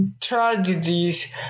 tragedies